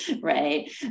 right